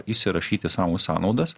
įsirašyt į savo sąnaudas